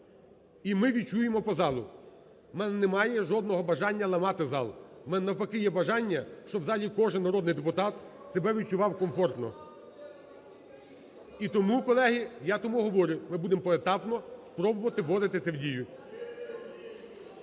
І ми відчуємо по залу. У мене немає жодного бажання ламати зал, у мене навпаки є бажання, щоб в залі кожен народний депутат себе відчував комфортно. І тому, колеги, я тому говорю: ми будемо поетапно пробувати вводити це в дію.